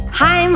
hi